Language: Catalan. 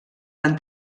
van